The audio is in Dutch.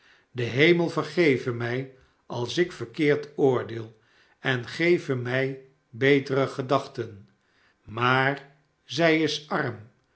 de hemel vergeve mij als ik verkeerd oordeel en geve mij betere gedachten maar zij is arm